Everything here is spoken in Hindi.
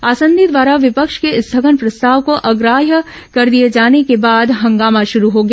आसंदी द्वारा विपक्ष के स्थगन प्रस्ताव को अग्राहृय कर दिए जाने के बाद हंगामा शुरू हो गया